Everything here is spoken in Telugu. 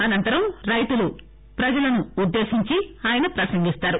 అనంతరం రైతులు ప్రజలను ఉద్దేశించి ప్రసంగిస్తారు